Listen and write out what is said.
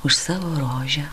už savo rožę